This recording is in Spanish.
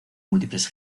múltiples